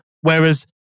Whereas